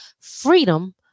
freedom